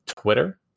Twitter